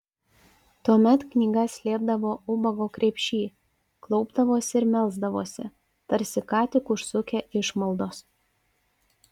tuomet knygas slėpdavo ubago krepšy klaupdavosi ir melsdavosi tarsi ką tik užsukę išmaldos